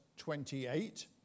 28